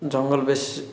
ଜଙ୍ଗଲ ବେଶି